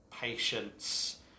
patience